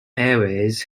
airways